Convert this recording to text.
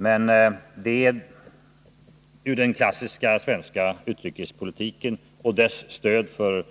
Men det är ur den klassiska svenska utrikespolitiken och dess stöd för